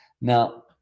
Now